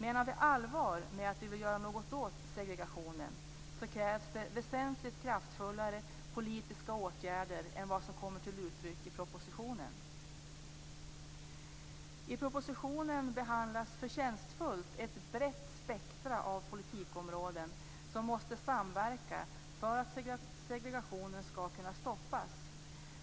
Menar vi allvar med att vi vill göra något åt segregationen, krävs det väsentligt kraftfullare politiska åtgärder än vad som kommer till uttryck i propositionen. I propositionen behandlas förtjänstfullt ett brett spektrum av politikområden som måste samverka för att segregationen skall kunna stoppas,